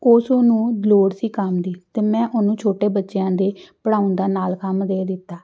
ਉਸ ਨੂੰ ਲੋੜ ਸੀ ਕੰਮ ਦੀ ਅਤੇ ਮੈਂ ਉਹਨੂੰ ਛੋਟੇ ਬੱਚਿਆਂ ਦੇ ਪੜ੍ਹਾਉਣ ਦਾ ਨਾਲ ਕੰਮ ਦੇ ਦਿੱਤਾ